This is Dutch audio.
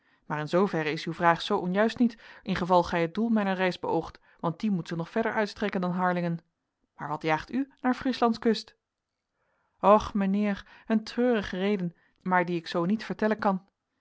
maar in zooverre is uw vraag zoo onjuist niet ingeval gij het doel mijner reis beoogt want die moet zich nog verder uitstrekken dan harlingen maar wat jaagt u naar frieslands kust och mijnheer een treurige reden maar die ik zoo niet vertellen kan